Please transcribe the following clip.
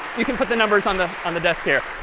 you can put the numbers on the on the desk here.